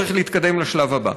צריך להתקדם לשלב הבא.